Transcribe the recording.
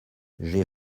j’ai